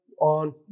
on